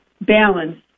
balance